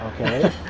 Okay